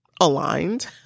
aligned